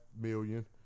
million